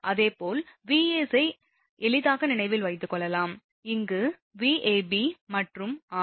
அதேபோல் Vac ஐ எளிதாக நினைவில் வைத்துக்கொள்ளலாம் இங்கு Vab மற்றும் r